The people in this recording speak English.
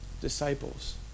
disciples